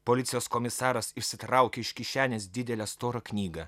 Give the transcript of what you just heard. policijos komisaras išsitraukė iš kišenės didelę storą knygą